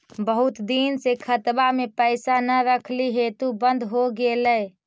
बहुत दिन से खतबा में पैसा न रखली हेतू बन्द हो गेलैय?